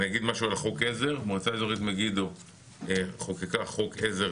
אני אגיד משהו על חוק העזר: מועצה אזורית מגידו חוקקה חוק עזר